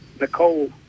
Nicole